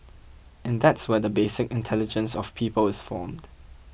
and that's where the basic intelligence of people is formed